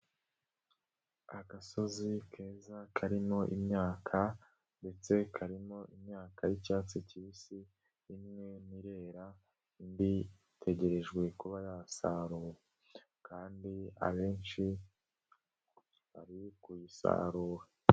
Agasozi keza karimo imyaka ndetse karimo imyaka y'icyatsi kibisi, imwe ntirera indi itegerejwe kuba yasarurwa aandi abenshi bari kuyisarura.